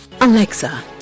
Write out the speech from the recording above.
Alexa